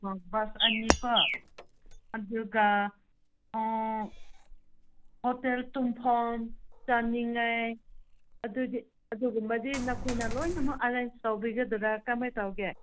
ꯑꯥ ꯕꯁ ꯑꯅꯤ ꯀꯣ ꯑꯗꯨꯒ ꯍꯣꯇꯦꯜ ꯇꯨꯝꯐꯝ ꯆꯥꯅꯤꯡꯉꯥꯏ ꯑꯗꯨꯗꯤ ꯑꯗꯨꯒꯨꯝꯕꯗꯤ ꯅꯈꯣꯏꯅ ꯂꯣꯏꯅꯃꯛ ꯑꯦꯔꯦꯟꯁ ꯇꯧꯕꯤꯒꯗ꯭ꯔ ꯀꯃꯥꯏꯅ ꯇꯧꯒꯦ